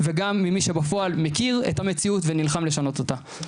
וגם ממי שבפועל מכיר את המציאות ונלחם לשנות אותה.